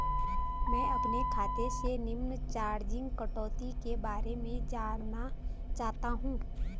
मैं अपने खाते से निम्न चार्जिज़ कटौती के बारे में जानना चाहता हूँ?